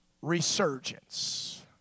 Resurgence